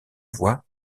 voix